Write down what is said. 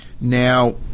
Now